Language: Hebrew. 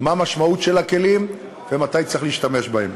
למשמעות של הכלים ומתי צריך להשתמש בהם.